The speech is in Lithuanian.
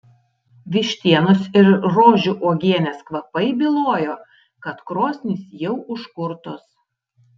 vištienos ir rožių uogienės kvapai bylojo kad krosnys jau užkurtos